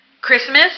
Christmas